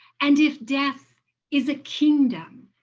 and if death is a kingdom,